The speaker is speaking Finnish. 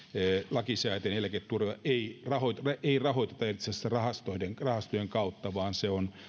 lakisääteinen eläketurva jota ei rahoiteta itse asiassa rahastojen kautta vaan se on